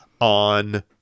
on